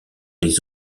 les